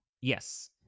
Yes